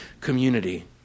community